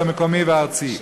המקומי והארצי.